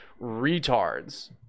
retards